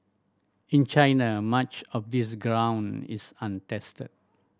in China much of this ground is untested